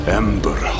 ember